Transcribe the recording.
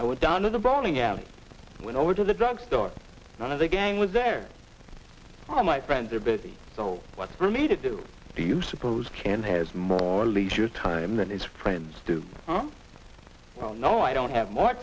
i went down to the bowling alley went over to the drugstore one of the gang was there all my friends are busy so what for me to do do you suppose can has more leisure time than his friends no i don't have more